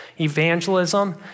Evangelism